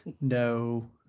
No